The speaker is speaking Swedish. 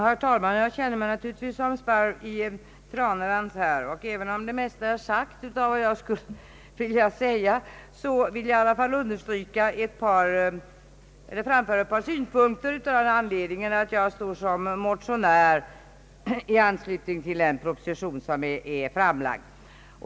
Herr talman! Jag känner mig naturligtvis här som sparv i tranedans, och även om det mesta är sagt av vad jag tänkt säga vill jag i alla fall anföra ett par synpunkter av den anledningen att jag står som motionär i anslutning till den proposition som är framlagd.